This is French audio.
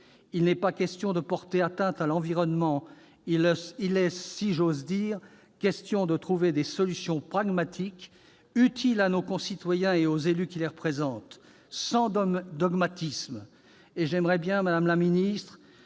il n'est pas question de porter atteinte à l'environnement, il est seulement question, si j'ose dire, de trouver des solutions pragmatiques utiles à nos concitoyens et aux élus qui les représentent, sans dogmatisme.